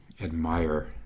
admire